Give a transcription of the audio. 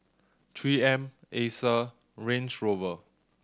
Three M Acer Range Rover